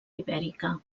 ibèrica